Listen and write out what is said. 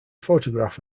photograph